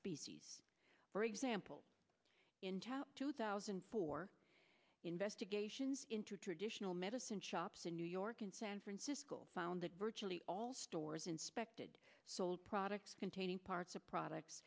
species for example in two thousand and four investigations into traditional medicine shops in new york and san francisco found that virtually all stores inspected sold products containing parts of products